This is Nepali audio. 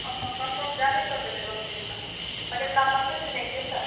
अँ कन्फर्म जानै पर्छ त्यो गजलडुबा मैले पनि नाम मात्रै सुनेको थिएँ नि त